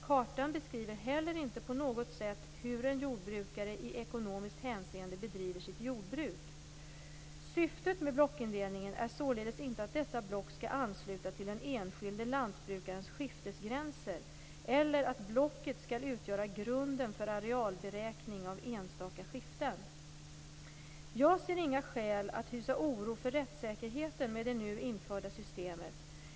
Kartan beskriver heller inte på något sätt hur en jordbrukare i ekonomiskt hänseende bedriver sitt jordbruk. Syftet med blockindelningen är således inte att dessa block skall ansluta till den enskilde lantbrukarens skiftesgränser eller att blocket skall utgöra grunden för arealberäkning av enstaka skiften. Jag ser inga skäl att hysa oro för rättssäkerheten med det nu införda systemet.